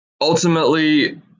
ultimately